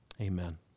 Amen